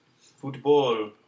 Football